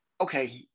okay